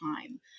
time